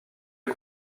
est